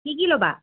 কি কি ল'বা